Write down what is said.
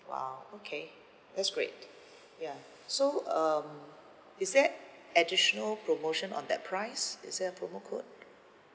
!wow! okay that's great ya so um is there additional promotion on that price is there a promo code